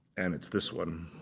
and it's this one.